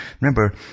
Remember